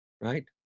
right